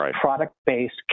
product-based